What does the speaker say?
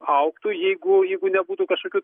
augtų jeigu jeigu nebūtų kažkokių